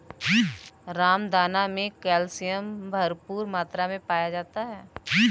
रामदाना मे कैल्शियम भरपूर मात्रा मे पाया जाता है